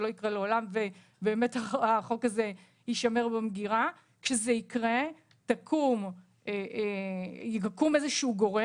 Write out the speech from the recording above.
שלא יקרה לעולם - יקום איזשהו גורם.